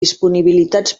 disponibilitats